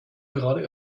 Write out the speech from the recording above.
gerade